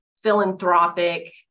Philanthropic